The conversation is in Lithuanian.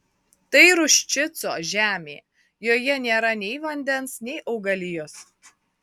tai ruščico žemė joje nėra nei vandens nei augalijos